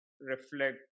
reflect